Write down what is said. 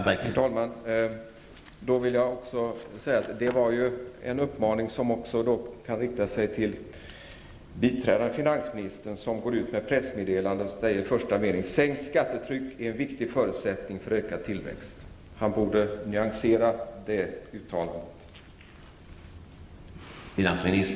Herr talman! Det där var en uppmaning som också kan rikta sig till biträdande finansministern. I ett pressmeddelande har han sagt att ett sänkt skattetryck är en viktig förutsättning för ökad tillväxt. Han borde nyansera det uttalandet.